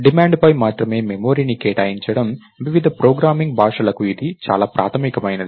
డిమాండ్పై మాత్రమే మెమరీని కేటాయించడం వివిధ ప్రోగ్రామింగ్ భాషలకు ఇది చాలా ప్రాథమికమైనది